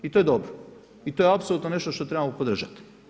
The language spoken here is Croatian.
I to je dobro i to je apsolutno nešto što trebamo podržati.